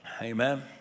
Amen